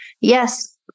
yes